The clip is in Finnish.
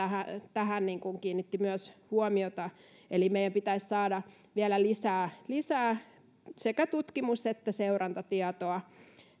tähän kiinnitti myös huomiota eli meidän pitäisi saada vielä lisää lisää sekä tutkimus että seurantatietoa